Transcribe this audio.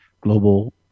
global